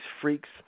freaks